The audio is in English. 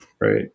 right